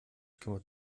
kümmert